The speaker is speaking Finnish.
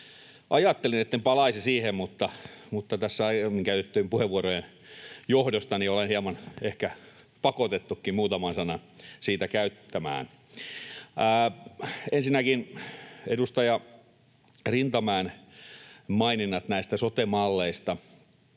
Ajattelin, etten palaisi siihen, mutta tässä aiemmin käytettyjen puheenvuorojen johdosta olen hieman ehkä pakotettukin muutaman sanan siitä käyttämään. Ensinnäkin edustaja Rintamäen maininnat sote-malleista: